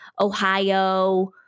Ohio